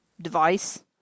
device